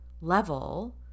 level